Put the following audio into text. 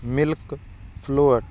milk float